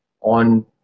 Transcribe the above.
on